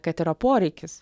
kad yra poreikis